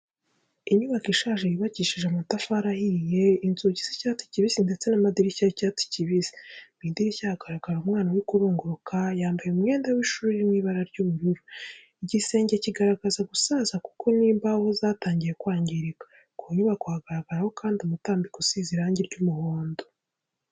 Inyubako ishaje yubakishije amatafari ahiye, inzugi z'icyatsi kibisi ndetse n'amadirishya y'icyatsi kibisi. Mu idirishya hagaragara umwana uri kurunguruka yambaye umwenda w'ishuri uri mu ibara ry'ubururu. Igisenge kigaragaza gusaza kuko n'imbaho zatangiye kwangirika. Ku nyubako hagaragaraho kandi umutambiko usize irangi ry'umuhondo.